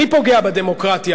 מי פוגע בדמוקרטיה?